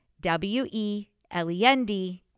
W-E-L-E-N-D